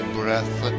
breath